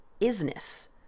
isness